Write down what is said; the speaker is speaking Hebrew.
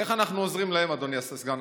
איך אנחנו עוזרים להם, אדוני השר סגן?